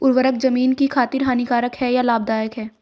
उर्वरक ज़मीन की खातिर हानिकारक है या लाभदायक है?